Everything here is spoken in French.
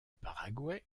paraguay